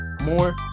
more